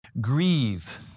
Grieve